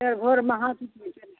फेर भोरमे हाथ उठबैत छियै